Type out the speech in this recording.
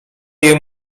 jej